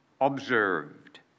Observed